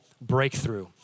breakthrough